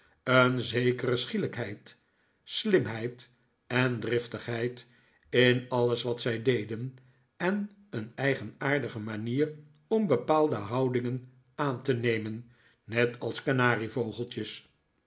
een zekere schielijkheid slimheid en driftigheid in alles wat zij deden en een eigenaardige manier om bepaalde houdingen aan te nemen net als